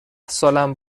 سالم